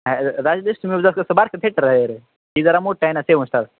राजलक्ष्मी कसं बारकं थेटर आहे रे हे जरा मोठं आहे ना सेवन स्टार